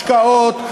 והוא בעד השקעות,